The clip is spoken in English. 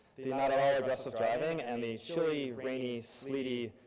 the the and and aggressive driving, and the chilly, rainy, sleety,